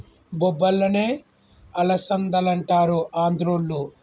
బొబ్బర్లనే అలసందలంటారు ఆంద్రోళ్ళు